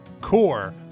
Core